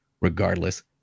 Regardless